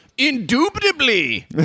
Indubitably